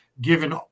given